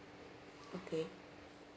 okay